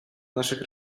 naszych